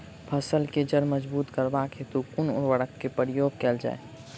फसल केँ जड़ मजबूत करबाक हेतु कुन उर्वरक केँ प्रयोग कैल जाय?